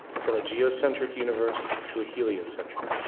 from a geocentric universe to a heliocentric,